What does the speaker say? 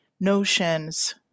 notions